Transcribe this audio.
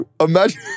imagine